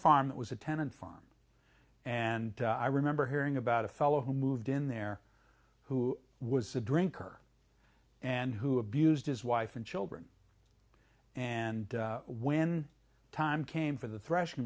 farm that was a tenant farm and i remember hearing about a fellow who moved in there who was a drinker and who abused his wife and children and when time came for the thresh